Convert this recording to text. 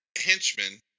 henchmen